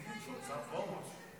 השר פרוש?